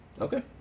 Okay